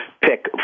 pick